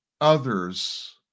others